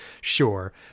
Sure